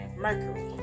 Mercury